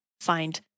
find